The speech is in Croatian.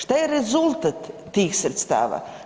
Šta je rezultat tih sredstava?